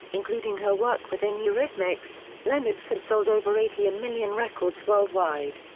including her work within eurythmics, lennox had sold over eighty million records worldwide.